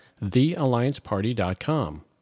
theallianceparty.com